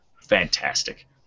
fantastic